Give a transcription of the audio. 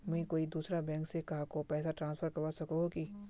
मुई कोई दूसरा बैंक से कहाको पैसा ट्रांसफर करवा सको ही कि?